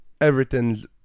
Everything's